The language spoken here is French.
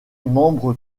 membre